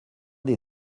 des